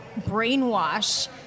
brainwash